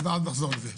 ואז נחזור לזה.